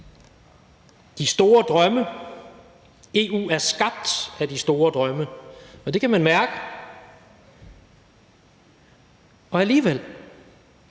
de store drømme. EU er skabt af de store drømme, og det kan man mærke, og selv